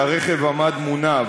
שהרכב עמד מונע,